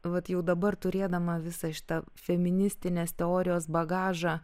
vat jau dabar turėdama visą šitą feministinės teorijos bagažą